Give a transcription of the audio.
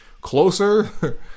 closer